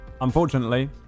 Unfortunately